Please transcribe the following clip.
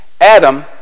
Adam